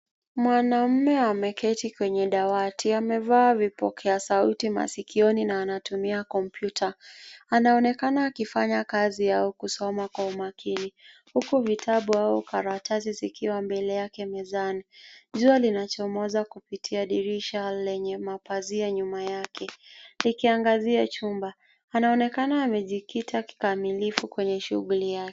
Mwanaume ameketi kwenye dawati. Amevaa vipokeasauti maskioni na anatumia kompyuta. Anaonekana akifanya kazi au kusoma kwa umakini huku vitabu au karatasi mbele yake mezani. Jua linachomoza kupitia dirisha lenye mapazia nyuma yake likiangazia chumba. Anaonekana amejikita kikamilifu kwenye shughuli yake.